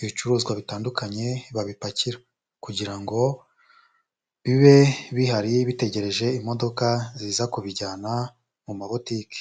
ibicuruzwa bitandukanye babipakira kugira ngo bibe bihari bitegereje imodoka ziza kubijyana mu mabotike.